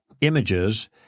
images